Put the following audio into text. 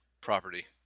property